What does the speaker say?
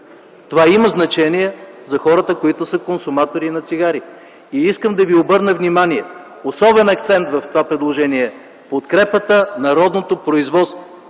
Това има значение за хората, които са консуматори на цигари. Искам да ви обърна внимание, особен акцент в това предложение е подкрепата на родното производство,